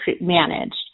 managed